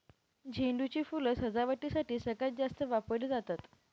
झेंडू ची फुलं सजावटीसाठी सगळ्यात जास्त वापरली जातात